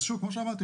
אז שוב כמו שאמרתי,